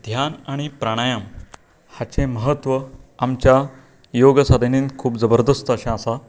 ध्यान आनी प्राणायाम हाचें म्हत्व आमच्या योग साधनेंत खूब जबरदस्त अशें आसा